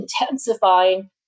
intensifying